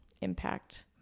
impact